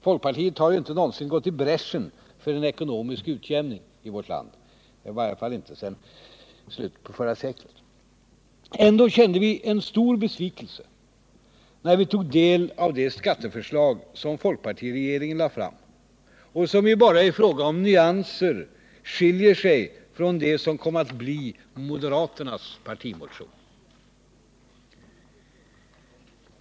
Folkpartiet har ju inte någonsin gått i bräschen för en ekonomisk utjämning i vårt land — i varje fall inte sedan slutet av förra seklet. Ändå kände vi en stor besvikelse, när vi tog del av det skatteförslag som folkpartiregeringen lade fram och som bara i fråga om nyanser skilde sig från det som kom att bli moderaternas partimotion.